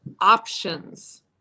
options